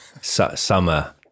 summer